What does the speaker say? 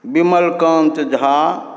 Vimalkant Jha